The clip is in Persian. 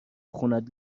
خونت